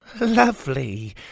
Lovely